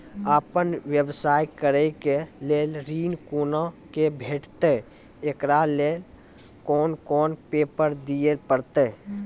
आपन व्यवसाय करै के लेल ऋण कुना के भेंटते एकरा लेल कौन कौन पेपर दिए परतै?